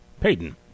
Payton